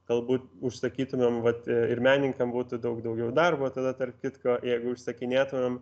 galbūt užsakytumėm vat ir menininkam būtų daug daugiau darbo tada tarp kitko jeigu užsakinėtumėm